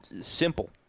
simple